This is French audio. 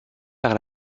par